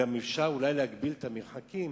אולי אפשר גם להגביל את המרחקים,